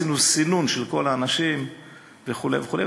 עשינו סינון של כל האנשים וכו' וכו',